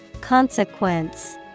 Consequence